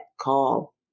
call